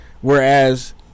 Whereas